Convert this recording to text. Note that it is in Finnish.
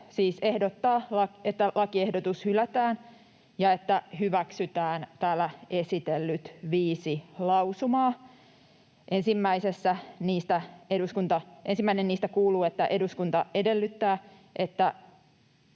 Kokoomus siis ehdottaa, että lakiehdotus hylätään ja että hyväksytään täällä esitellyt viisi lausumaa. Ensimmäinen niistä kuuluu: ”Eduskunta edellyttää,